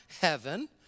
heaven